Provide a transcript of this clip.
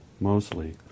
mostly